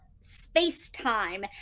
space-time